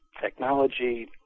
technology